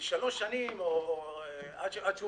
שלוש שנים או עד שהוא